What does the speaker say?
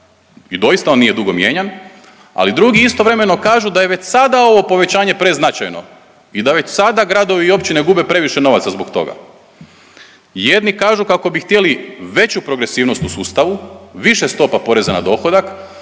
i doista, on nije dugo mijenjan, ali drugi istovremeno kažu da je već sada ovo povećanje preznačajno i da već sada gradovi i općine gube previše novaca zbog toga. Jedni kažu kako bi htjeli veću progresivnost u sustavu, više stopa poreza na dohodak,